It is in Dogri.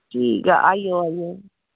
ठीक ऐ आई जाओ आई जाओ